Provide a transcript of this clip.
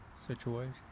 situation